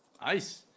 Nice